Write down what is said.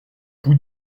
bout